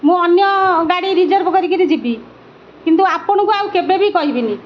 ମୁଁ ଅନ୍ୟ ଗାଡ଼ି ରିଜର୍ଭ କରିକିରି ଯିବି କିନ୍ତୁ ଆପଣଙ୍କୁ ଆଉ କେବେ ବି କହିବିନି